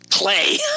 clay